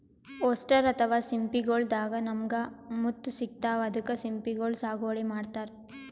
oyster ಅಥವಾ ಸಿಂಪಿಗೊಳ್ ದಾಗಾ ನಮ್ಗ್ ಮುತ್ತ್ ಸಿಗ್ತಾವ್ ಅದಕ್ಕ್ ಸಿಂಪಿಗೊಳ್ ಸಾಗುವಳಿ ಮಾಡತರ್